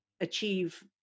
achieve